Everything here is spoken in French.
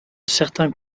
certains